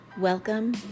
welcome